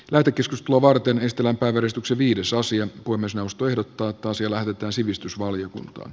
lämpökeskus lovarten estellä valistuksen viides osion puhemiesneuvosto ehdottaa että asia lähetetään sivistysvaliokuntaan